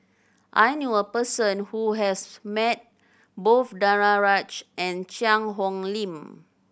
I knew a person who has met both Danaraj and Cheang Hong Lim